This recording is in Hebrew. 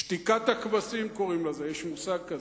שתיקת הכבשים קוראים לזה, יש מושג כזה.